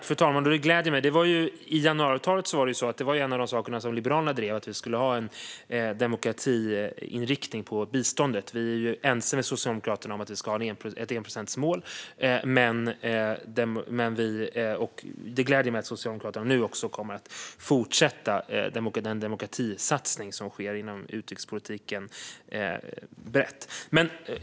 Fru talman! Det gläder mig. En av de saker som Liberalerna drev i januariavtalet var att vi skulle ha en demokratiinriktning på biståndet. Vi är ense med Socialdemokraterna om att vi ska ha ett enprocentsmål, och det gläder mig att Socialdemokraterna nu också kommer att fortsätta den demokratisatsning som sker brett inom utrikespolitiken.